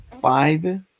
five